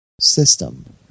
System